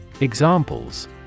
Examples